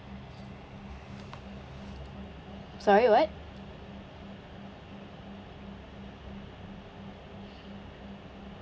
sorry what